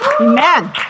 Amen